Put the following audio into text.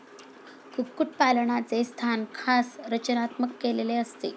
कुक्कुटपालनाचे स्थान खास रचनात्मक केलेले असते